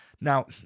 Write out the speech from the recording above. Now